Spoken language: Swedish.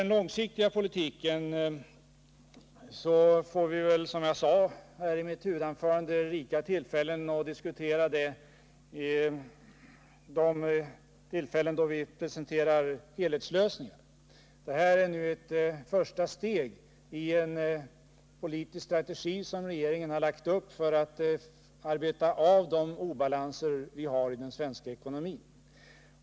Den långsiktiga politiken får vi, som jag sade i mitt huvudanförande, rika möjligheter att diskutera längre fram. Det här är ett första steg i en politisk strategi som regeringen lagt upp för att arbeta av de obalanser som vi har i den svenska ekonomin.